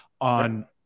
on